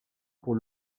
pour